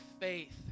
faith